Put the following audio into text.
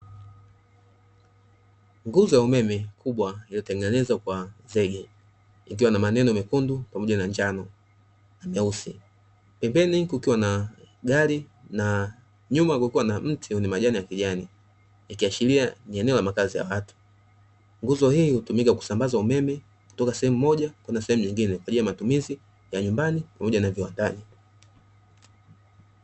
Nguzo ya umeme kubwa iliotengenezwa kwa zenge ikiwa na maneno mekundu pamoja na njano na meusi, pembeni kukiwa na gari na nyuma kukiwa na mti wenye majani ya kijani ikiashiri ni eneo la makazi ya watu. Nguzo hii hutumika kusambaza umeme kutoka sehemu moja kwenda nyingine kwa ajili ya matumizi ya nyumbani pamoja na viwandani.